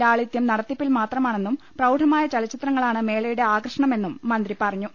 ലാളിതൃം നടത്തിപ്പിൽ മാത്രമാണെന്നും പ്രൌഢമായ ചലച്ചിത്രങ്ങളാണ് മേള യുടെ ആകർഷണമെന്നും മന്ത്രി പറഞ്ഞു